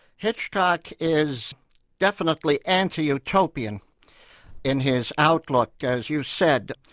hitchcock is definitely anti-utopian in his outlook as you said.